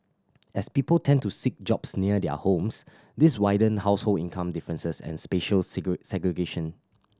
as people tend to seek jobs near their homes this widen household income differences and spatial segregation